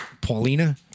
Paulina